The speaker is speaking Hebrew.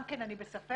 גם כן אני בספק,